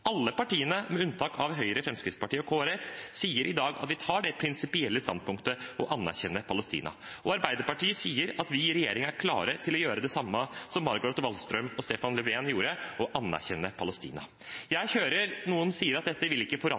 Alle partiene, med unntak av Høyre, Fremskrittspartiet og Kristelig Folkeparti, sier i dag at de tar det prinsipielle standpunktet å anerkjenne Palestina. Arbeiderpartiet sier at vi i regjering er klare til å gjøre det samme som Margot Wallström og Stefan Löfven gjorde: å anerkjenne Palestina. Jeg hører noen si at dette vil ikke forandre